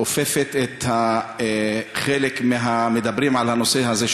שאופפת חלק מהמדברים על הנושא הזה,